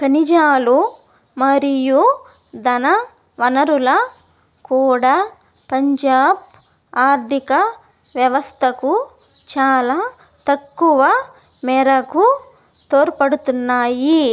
ఖనిజాలు మరియు ఇంధన వనరులు కూడా పంజాబ్ ఆర్థిక వ్యవస్థకు చాలా తక్కువ మేరకు తోడ్పడుతున్నాయి